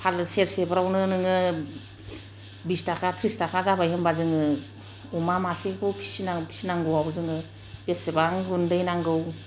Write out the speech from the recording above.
फारला सेरसेफ्रावनो नोङो बिस थाखा थ्रिस थाखा जाबाय होमबा जोङो अमा मासेखौ फिनां फिनांगौआव बेसेबां गुन्दै नांगौ